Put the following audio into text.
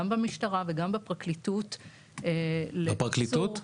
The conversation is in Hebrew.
גם במשטרה וגם בפרקליטות --- גם בפרקליטות?